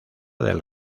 del